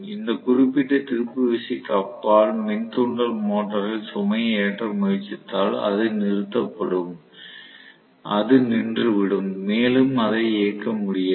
இந்த குறிப்பிட்ட திருப்பு விசைக்கு அப்பால் மின் தூண்டல் மோட்டாரில் சுமையை ஏற்ற முயற்சித்தால் அது நிறுத்தப்படும் அது நின்றுவிடும் மேலும் அதை இயக்க முடியாது